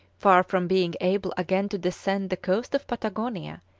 far from being able again to descend the coast of patagonia,